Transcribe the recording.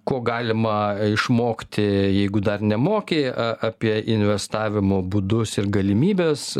ko galima išmokti jeigu dar nemoki apie investavimo būdus ir galimybes